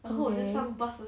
oh